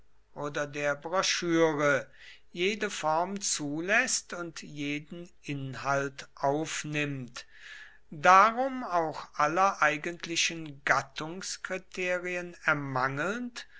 oder der broschüre jede form zuläßt und jeden inhalt aufnimmt darum auch aller eigentlichen gattungskriterien ermangelnd